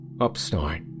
Upstart